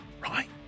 Right